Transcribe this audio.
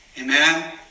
Amen